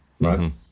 right